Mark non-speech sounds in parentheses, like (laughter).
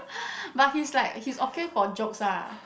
(breath) but he's like he's okay for jokes ah